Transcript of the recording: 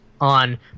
on